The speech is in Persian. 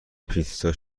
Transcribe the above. پیتزا